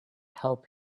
help